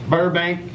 Burbank